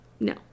No